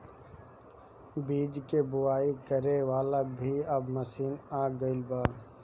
बीज के बोआई करे वाला भी अब मशीन आ गईल बा